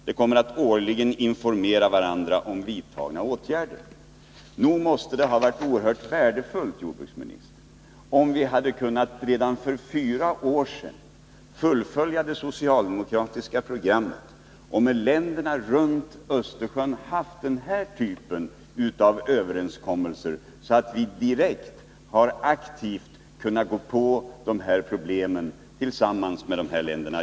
De kommer att årligen informera varandra om vidtagna åtgärder.” Nog måste det ha varit oerhört värdefullt, jordbruksministern, om vi redan för fyra år sedan hade kunnat fullfölja det socialdemokratiska programmet och med länderna runt Östersjön fått denna typ av överenskommelse, så att vi direkt aktivt hade kunnat angripa de här problemen tillsammans med dessa länder.